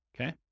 okay